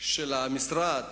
של המשרד,